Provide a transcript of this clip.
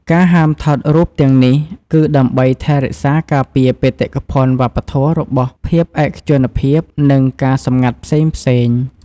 ការហាមថតរូបទាំងនេះ គឺដើម្បីថែរក្សាការពារបេតិកភណ្ឌវប្បធម៌របស់ ភាពឯកជនភាព និងការសម្ងាត់ផ្សេងៗ។